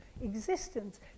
existence